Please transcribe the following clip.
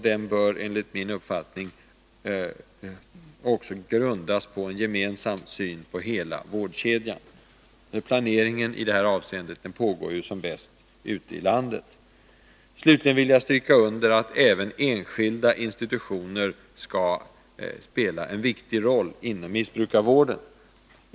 Den bör enligt min uppfattning grundas på en gemensam syn på hela vårdkedjan. Planeringen i detta avseende pågår som bäst ute i landet. Jag vill också stryka under att även enskilda institutioner skall spela en viktig roll inom missbrukarvården.